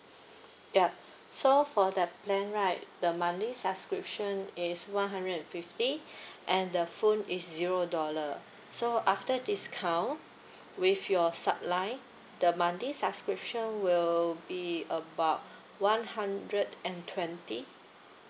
ya so for the plan right the monthly subscription is one hundred and fifty and the phone is zero dollar so after discount with your subscription line the monthly subscription will be about one hundred and twenty